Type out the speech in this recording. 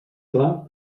clar